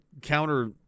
counter